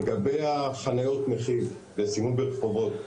לגבי חניות הנכים בסימון ברחובות,